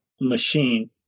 machine